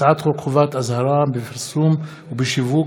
הצעת חוק חובת אזהרה בפרסום ובשיווק